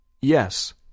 Yes